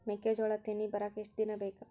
ಮೆಕ್ಕೆಜೋಳಾ ತೆನಿ ಬರಾಕ್ ಎಷ್ಟ ದಿನ ಬೇಕ್?